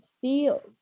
feel